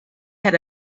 had